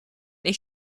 they